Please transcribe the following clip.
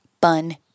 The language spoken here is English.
bun